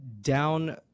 down